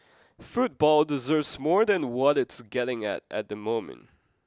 football deserves more than what it's getting at at the moment